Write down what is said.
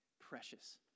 precious